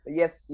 yes